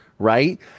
right